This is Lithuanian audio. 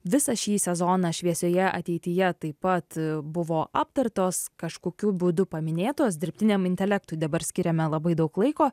visą šį sezoną šviesioje ateityje taip pat buvo aptartos kažkokiu būdu paminėtos dirbtiniam intelektui dabar skiriame labai daug laiko